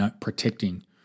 protecting